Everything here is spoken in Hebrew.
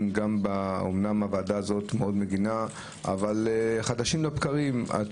אמנם הוועדה הזאת מאוד מבינה אבל חדשים לבקרים את